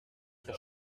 très